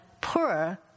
poorer